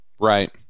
right